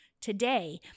Today